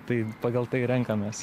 tai pagal tai renkamės